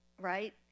Right